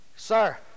Sir